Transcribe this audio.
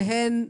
שהן בינוניות.